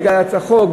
בגלל החוק,